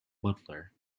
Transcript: butler